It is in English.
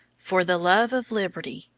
for the love of liberty,